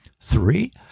Three